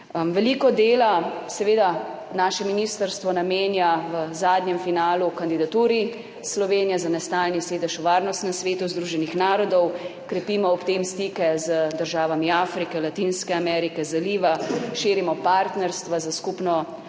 Veliko dela seveda naše ministrstvo namenja v zadnjem finalu kandidaturi Slovenije za nestani sedež v Varnostnem svetu Združenih narodov. Krepimo ob tem stike z državami Afrike, Latinske Amerike, Zaliva, širimo partnerstva za skupno